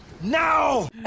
now